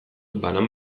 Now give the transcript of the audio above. banan